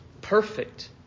perfect